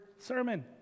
sermon